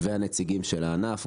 והנציגים של הענף,